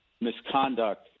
misconduct